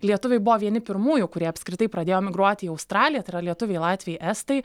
lietuviai buvo vieni pirmųjų kurie apskritai pradėjo emigruoti į australiją yra lietuviai latviai estai